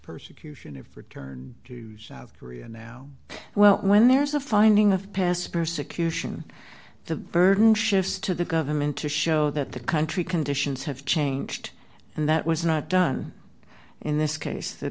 persecution of return to south korea now well when there's a finding of pass persecution the burden shifts to the government to show that the country conditions have changed and that was not done in this case the